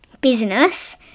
business